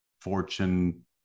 Fortune